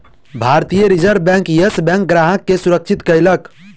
भारतीय reserve bank, yes बैंकक ग्राहक के सुरक्षित कयलक